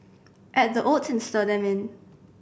add the oats and stir them in